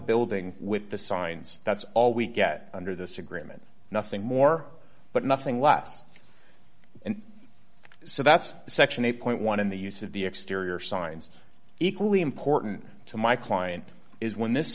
building with the signs that's all we get under this agreement nothing more but nothing less and so that's section eight dollars in the use of the exterior signs equally important to my client is when this